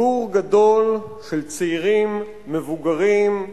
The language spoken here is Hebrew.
ציבור גדול של צעירים, מבוגרים,